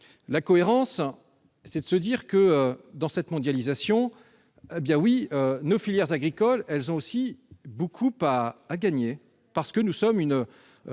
La cohérence, c'est de se dire que, dans cette mondialisation, nos filières agricoles ont beaucoup à gagner. Nous sommes en